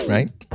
Right